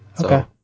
Okay